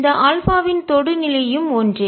இந்த ஆல்பாவின் தொடு நிலையும் ஒன்றே